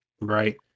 Right